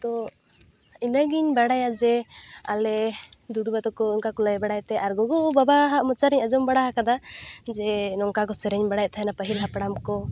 ᱛᱚ ᱤᱱᱟᱹᱜᱮᱧ ᱵᱟᱲᱟᱭᱟ ᱡᱮ ᱟᱞᱮ ᱫᱩᱫᱩᱵᱟ ᱛᱮᱠᱚ ᱚᱝᱠᱟᱠᱚ ᱞᱟᱹᱭ ᱵᱟᱲᱟᱭᱮᱫ ᱛᱮᱦᱮᱫ ᱟᱨ ᱜᱩᱜᱩᱵᱟᱵᱟᱼᱦᱟᱜ ᱢᱚᱪᱟᱨᱮᱧ ᱟᱡᱚᱢ ᱵᱟᱲᱟ ᱦᱟᱠᱟᱫᱟ ᱡᱮ ᱱᱚᱝᱠᱟ ᱠᱚ ᱥᱮᱨᱮᱧ ᱵᱟᱲᱟᱭᱮᱫ ᱛᱮᱦᱮᱱᱟ ᱯᱟᱹᱦᱤᱞ ᱦᱟᱯᱲᱟᱢᱠᱚ